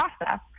process